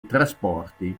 trasporti